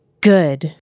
Good